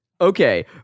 Okay